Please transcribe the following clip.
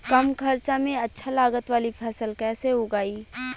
कम खर्चा में अच्छा लागत वाली फसल कैसे उगाई?